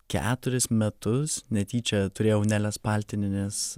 keturis metus netyčia turėjau nelės paltinienės